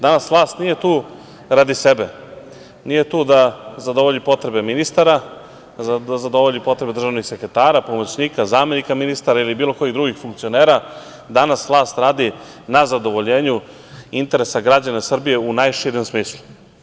Danas vlast nije tu radi sebe, nije tu da zadovolji potrebe ministara, da zadovolji potrebe državnih sekretara, pomoćnika, zamenika ministara ili bilo kojih drugih funkcionera, danas vlast radi na zadovoljenju interesa građana Srbije u najširem smislu.